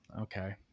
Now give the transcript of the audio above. okay